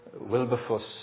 Wilberforce